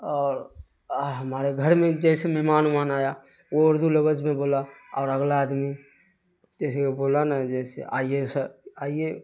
اور ہمارے گھر میں جیسے مہمان اوہمان آیا وہ اردو لفظ میں بولا اور اگلا آدمی جیسے کہ بولا نا جیسے آئیے سر آئیے